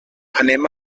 anem